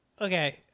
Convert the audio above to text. Okay